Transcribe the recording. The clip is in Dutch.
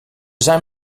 zijn